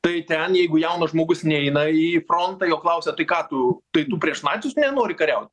tai ten jeigu jaunas žmogus neina į frontą jo klausia tai ką tu tai tu prieš nacius nenori kariaut